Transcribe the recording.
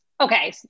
Okay